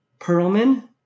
Perlman